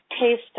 taste